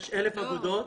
יש 1,000 אגודות.